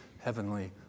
Heavenly